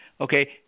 Okay